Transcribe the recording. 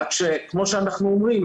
רק כמו שאנחנו אומרים,